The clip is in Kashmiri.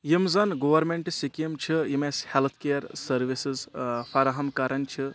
یِم زن گورنمنٛٹ سِکیٖم چھِ یِم اَسِہ ہٮ۪لٕتھ کیر سٔروِسٕز فراہم کران چھِ